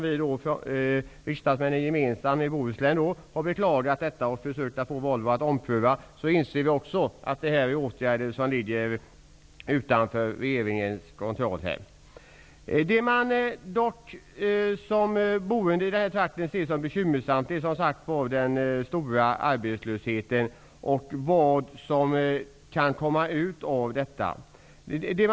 Vi riksdagsmän i Bohuslän har gemensamt beklagat detta och försökt få Volvo att ompröva. Men vi inser att detta är något som ligger utanför regeringens kontroll. Det som är bekymmersamt är den stora arbetslösheten och vad som kan komma ut av den.